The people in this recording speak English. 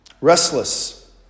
Restless